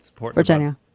Virginia